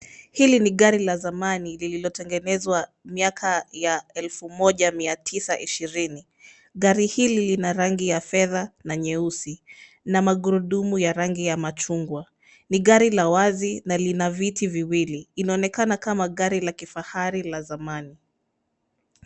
Hili ni gari la zamani lililotengenezwa mwaka ya elfu moja mia tisa ishirini. Gari hili lina rangi ya fedha na nyeusi na magurudumu ya rangi ya machungwa. Ni gari la wazi na lina viti viwili. Inaonekana kama gari la kifahari la zamani.